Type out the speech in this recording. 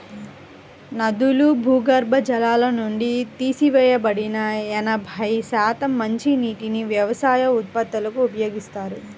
నదులు, భూగర్భ జలాల నుండి తీసివేయబడిన ఎనభై శాతం మంచినీటిని వ్యవసాయ ఉత్పత్తులకు ఉపయోగిస్తారు